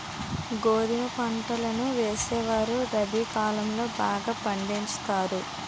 గోధుమ పంటలను వేసేవారు రబి కాలం లో బాగా పండించుతారు